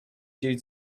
due